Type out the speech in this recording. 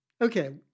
Okay